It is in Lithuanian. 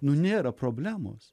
nėra problemos